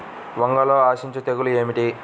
వంగలో ఆశించు తెగులు ఏమిటి?